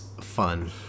fun